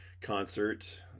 concert